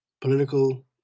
political